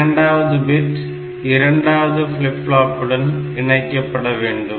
இரண்டாவது பிட் இரண்டாவது ஃப்ளிப் ஃபிளாபுடன் இணைக்கப்பட வேண்டும்